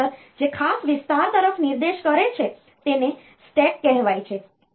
આ રજીસ્ટર જે ખાસ વિસ્તાર તરફ નિર્દેશ કરે છે તેને સ્ટેક કહેવાય છે